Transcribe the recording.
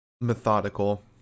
methodical